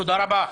תודה רבה.